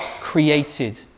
created